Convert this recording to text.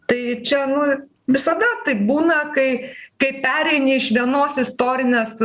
tai čia nu visada taip būna kai kai pereini iš vienos istorinės